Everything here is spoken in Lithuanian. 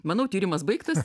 manau tyrimas baigtas